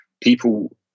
people